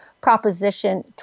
Proposition